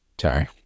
Sorry